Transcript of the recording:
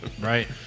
Right